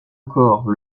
encore